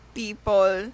people